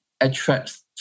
attracts